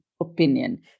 opinion